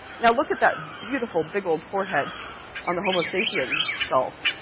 now look at that beautiful, big, old forehead on the homo sapiens skull.